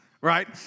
right